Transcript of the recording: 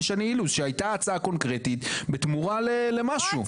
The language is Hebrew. שני אילוז שהייתה הצעה קונקרטית בתמורה למשהו.